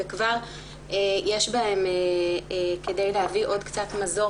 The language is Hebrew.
וכבר יש בהם כדי להביא עוד קצת מזור